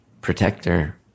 protector